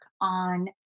on